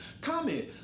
Comment